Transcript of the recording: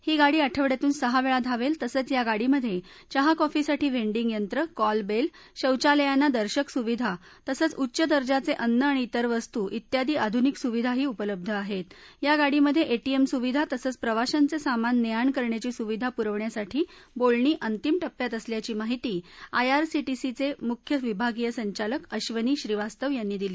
ही गाडी आठ्वडयातून सहा वळी धावत्तीतसंच या गाडीमध चिहा कॉफीसाठी व्हेंडींग यंत्र कॉल बस्ती शौचालयांना दर्शक सुविधा तसंच उच्च दर्जाच ञिन्न आणि इतर वस्तू इत्यांदी आधूनिक सुविधाही उपलब्ध आहक्त या गाडीमध स्टीएम सुविधा तसंच प्रवाशांचझिमान नक्रिण करण्याची सुविधा पुरवण्यासाठी बोलणी अंतिम टप्प्यात असल्याची माहिती आयआरसीटीसी मुख्य विभागीय संचालक अश्वनी श्रीवास्तव यांनी दिली